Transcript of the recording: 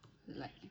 like